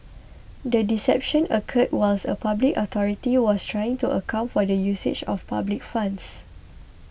the deception occurred whilst a public authority was trying to account for the usage of public funds